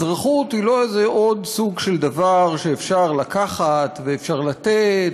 אזרחות היא לא איזה עוד סוג של דבר שאפשר לקחת ואפשר לתת,